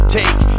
take